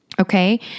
Okay